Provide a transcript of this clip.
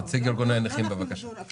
נציג ארגוני הנכים, בבקשה.